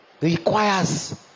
requires